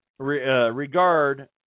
regard